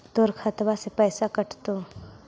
तोर खतबा से पैसा कटतो?